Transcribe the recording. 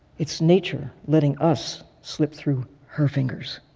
it's nature letting us slip through her fingers.